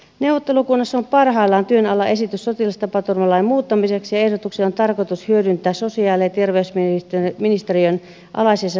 neuvottelukunnassa on parhaillaan työn alla esitys sotilastapaturmalain muuttamiseksi ja ehdotuksia on tarkoitus hyödyntää sosiaali ja terveysministeriön alaisessa säädösvalmistelussa